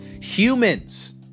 humans